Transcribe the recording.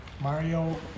Mario